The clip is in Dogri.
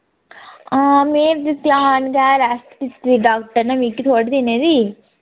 हां में बी ध्यान गै रैस्ट दित्ती दी डाक्टर ने मिकी थोह्ड़े दिनें दी